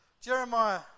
Jeremiah